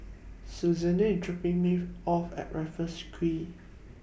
Susana IS dropping Me off At Raffles Quay